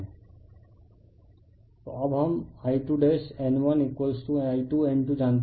refer slide time 3325 तो अब हम I2N1I2N2जानते हैं